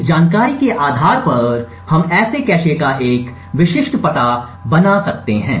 इस जानकारी के आधार पर हम ऐसे कैश का एक विशिष्ट पता बना सकते हैं